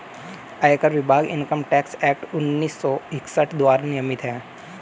आयकर विभाग income tax act उन्नीस सौ इकसठ द्वारा नियमित है